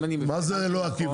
אם אני מבין נכון -- מה זה לא עקיף?